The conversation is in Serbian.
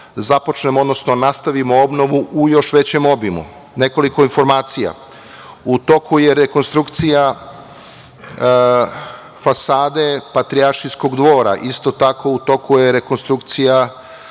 započnemo, odnosno nastavimo obnovu u još većem obimu. Nekoliko informacija. U toku je rekonstrukcija fasade Patrijaršijskog dvora. Isto tako, u toku je rekonstrukcija